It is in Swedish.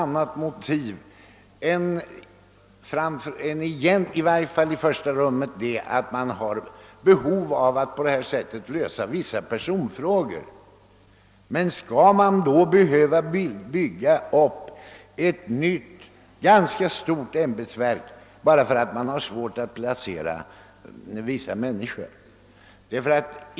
Jag har också kunnat finna som ett motiv:' ått man har behov av att på detta sätt lösa vissa personfrågor; men skall man bygga upp ett nytt, ganska stort ämbetsverk bara därför att man har svårt att placera vissa människor?